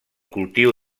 cultiu